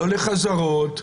לא לחזרות,